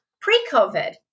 pre-COVID